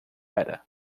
era